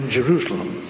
Jerusalem